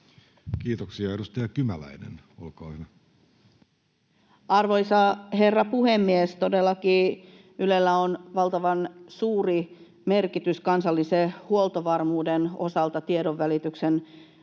muuttamisesta Time: 14:57 Content: Arvoisa herra puhemies! Todellakin Ylellä on valtavan suuri merkitys kansallisen huoltovarmuuden osalta ja tiedonvälityksen osalta,